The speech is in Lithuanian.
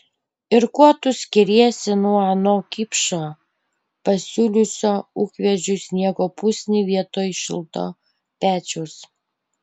ir kuo tu skiriesi nuo ano kipšo pasiūliusio ūkvedžiui sniego pusnį vietoj šilto pečiaus